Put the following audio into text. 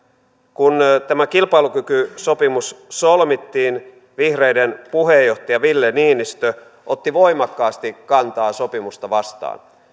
kun tämä kilpailukykysopimus solmittiin vihreiden puheenjohtaja ville niinistö otti voimakkaasti kantaa sopimusta vastaan